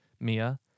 Mia